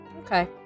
Okay